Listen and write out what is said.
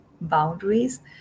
boundaries